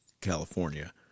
California